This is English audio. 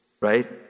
right